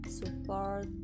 support